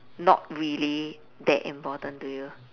not really that important to you